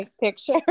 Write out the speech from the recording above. picture